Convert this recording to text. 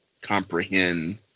comprehend